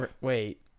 Wait